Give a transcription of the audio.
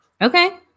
Okay